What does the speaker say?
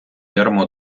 ярмо